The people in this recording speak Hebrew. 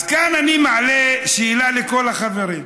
כאן אני מעלה שאלה לכל החברים: